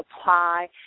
apply